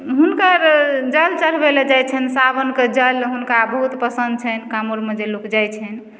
हुनकर जल चढ़बय लए जाइ छन्हि सावनके जल हुनका बहुत पसन्द छन्हि काँवरमे जे लोक जाइ छन्हि